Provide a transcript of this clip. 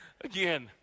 Again